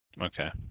Okay